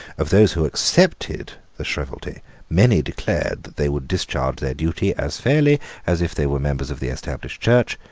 of those who accepted the shrievalty many declared that they would discharge their duty as fairly as if they were members of the established church,